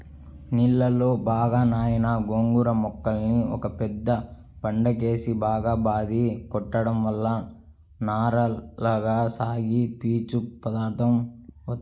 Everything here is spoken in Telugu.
నీళ్ళలో బాగా నానిన గోంగూర మొక్కల్ని ఒక పెద్ద బండకేసి బాగా బాది కొట్టడం వల్ల నారలగా సాగి పీచు పదార్దం వత్తది